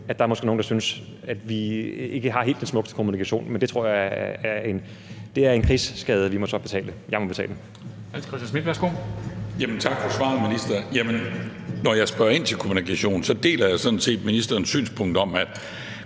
at der måske er nogen, der synes, at vi ikke har helt den smukkeste kommunikation. Men det tror jeg er en krigsskade, vi så må betale